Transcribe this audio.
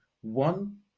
one